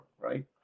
right